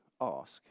ask